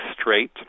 straight